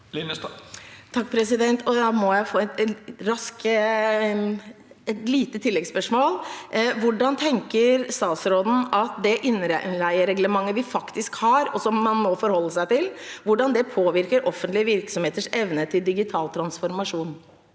Linnestad (H) Da må jeg få stille et raskt, lite tilleggsspørsmål: Hvordan tenker statsråden at det innleiereglementet vi faktisk har, og som man må forholde seg til, påvirker offentlige virksomheters evne til digital transformasjon?